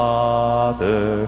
Father